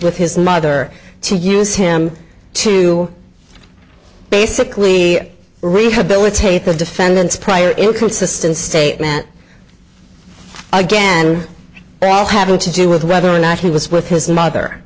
with his mother to use him to basically rehabilitate the defendant's prior inconsistent statement again but all having to do with whether or not he was with his mother